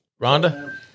Rhonda